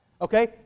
Okay